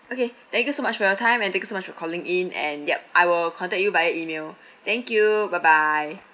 okay thank you so much for your time and thank you so much for calling in and ya I will contact you via email thank you bye bye